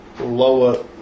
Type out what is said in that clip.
lower